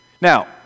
Now